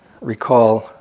recall